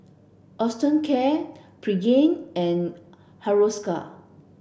Osteocare Pregain and Hiruscar